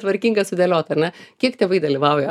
tvarkingą sudėliotą ar ne kiek tėvai dalyvauja